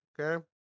okay